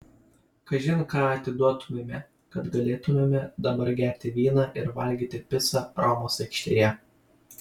kažin ką atiduotumėme kad galėtumėme dabar gerti vyną ir valgyti picą romos aikštėje